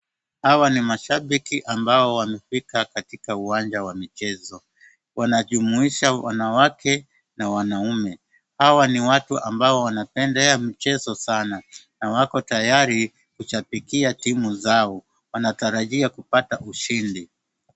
Hawa ni mashabiki ambao wamefika katika uwanja wa michezo. Wanajumuisha wanawake na wanaume. Hawa ni watu ambao wanapendea mchezo sana na wako tayari kushabikia timu zao. Wanatarajia kupata ushindi.